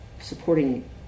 supporting